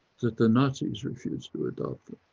that the nazis refused to adopt them,